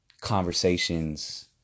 conversations